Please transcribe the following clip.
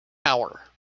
hour